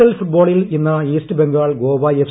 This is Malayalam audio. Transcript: എൽ ഫുട്ബേളിൽ ഇന്ന് ഈസ്റ്റ് ബംഗാൾ ഗോവ എഫ്